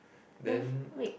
then